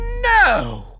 No